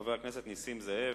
חבר הכנסת נסים זאב,